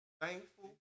thankful